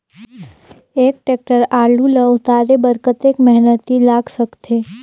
एक टेक्टर आलू ल उतारे बर कतेक मेहनती लाग सकथे?